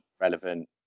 relevant